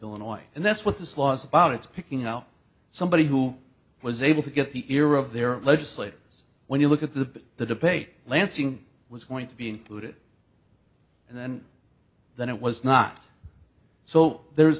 illinois and that's what this law's about it's picking out somebody who was able to get the ear of their legislators when you look at the the debate lansing was going to be included and then than it was not so there's